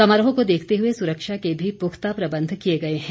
समारोह को देखते हुए सुरक्षा के भी पुख्ता प्रबंध किए गए हैं